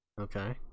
Okay